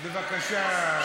בבקשה.